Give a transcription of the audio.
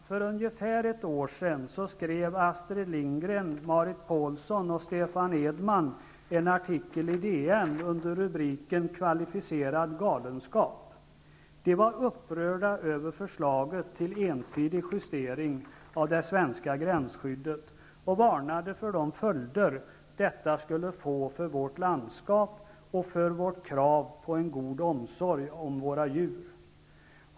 För ungefär ett år sedan skrev Astrid Lindgren, Marit Paulsson och Stefan Edman en artikel i DN under rubriken Kvalificerad galenskap. De var upprörda över förslaget till ensidig justering av det svenska gränsskyddet. De varnade för de följder detta skulle få för vårt landskap och för vårt krav på en god omsorg om våra djur.